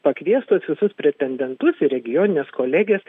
pakviest tuos visus pretendentus į regionines kolegijas